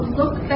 look